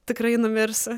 tikrai numirsiu